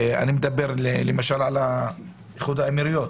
אני מדבר למשל על איחוד האמירויות.